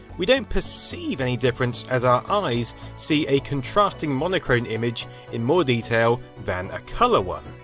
we don't perceive any different as our eyes see a constrasting monochrome image in more detail than a colour one.